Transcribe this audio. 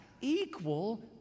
equal